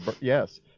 yes